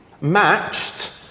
matched